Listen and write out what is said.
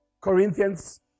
Corinthians